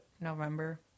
November